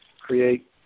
create